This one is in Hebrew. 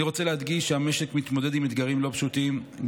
אני רוצה להדגיש שהמשק מתמודד עם אתגרים לא פשוטים,